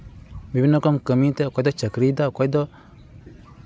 ᱵᱤᱵᱷᱤᱱᱱᱚ ᱨᱚᱠᱚᱢ ᱠᱟᱹᱢᱤ ᱛᱮ ᱚᱠᱚᱭ ᱫᱚ ᱪᱟᱹᱠᱨᱤᱭᱮᱫᱟ ᱚᱠᱚᱭ ᱫᱚ